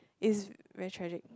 it's very tragic